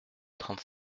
trente